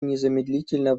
незамедлительно